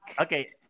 Okay